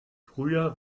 früher